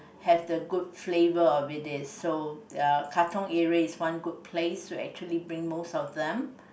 have the good flavour over these so uh Katong area is one good place to actually bring most of them